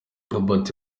robert